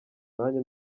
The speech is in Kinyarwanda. nanjye